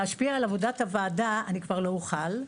להשפיע על עבודת הוועדה אני כבר לא אוכל,